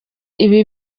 ibi